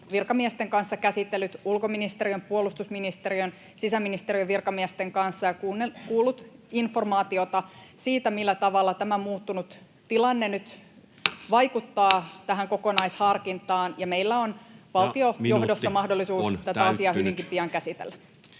virkamiesten kanssa käsitellyt ulkoministeriön, puolustusministeriön, sisäministeriön virkamiesten kanssa ja kuullut informaatiota siitä, millä tavalla tämä muuttunut tilanne nyt vaikuttaa tähän kokonaisharkintaan. Meillä on valtionjohdossa [Puhemies: Minuutti on täyttynyt!] mahdollisuus tätä asiaa hyvinkin pian käsitellä.